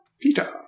Peter